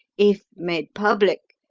if made public,